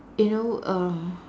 you know uh